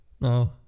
No